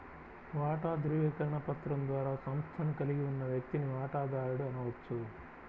వాటా ధృవీకరణ పత్రం ద్వారా సంస్థను కలిగి ఉన్న వ్యక్తిని వాటాదారుడు అనవచ్చు